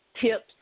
tips